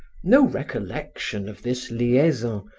no recollection of this liaison,